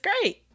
great